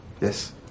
Yes